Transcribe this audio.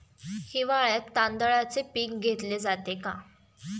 हिवाळ्यात तांदळाचे पीक घेतले जाते का?